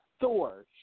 Thor